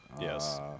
Yes